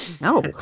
No